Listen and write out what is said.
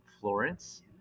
Florence